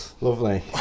Lovely